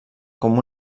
com